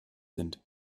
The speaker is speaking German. sind